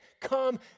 come